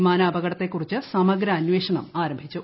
വിമാന അപകടത്തെ കുറിച്ച് സമഗ്ര അന്വേഷണം ആരംഭി ച്ചു